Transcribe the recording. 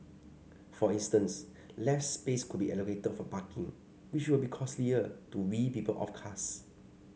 for instance less space could be allocated for parking which will be costlier to wean people off cars